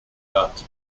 art